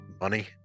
money